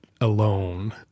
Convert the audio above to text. alone